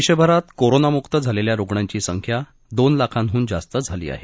देशभरात कोरोनामुक झालेल्या रुग्णांची संख्या दोन लाखांडून जास्त झाली आहे